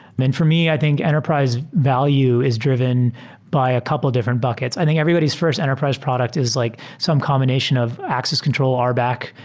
mean, for me, i think enterprise value is dr iven by a couple of different buckets. i think everybody's first enterprise product is like some combination of access control, or back,